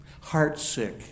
heartsick